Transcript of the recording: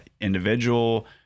individual